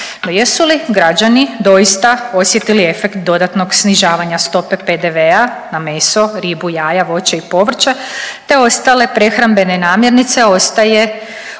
jesu li građani doista osjetili efekt dodatnog snižavanja stope PDV-a na meso, ribu, jaja, voće i povrće, te ostale prehrambene namirnice, ostaje